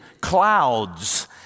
clouds